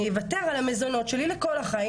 שאני ייוותר על המזונות שלי לכל החיים,